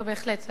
נו בהחלט,